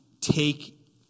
take